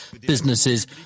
businesses